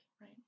right